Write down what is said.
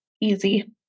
easy